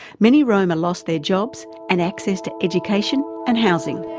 many roma lost their jobs and access to education and housing.